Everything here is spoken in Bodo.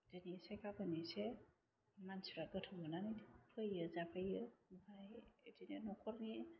दिनै एसे गाबोन एसे मानसिफ्रा गोथाव मोनानै फैयो जाफैयो आमफ्राइ बिदिनो न'खरनि